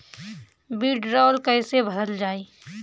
वीडरौल कैसे भरल जाइ?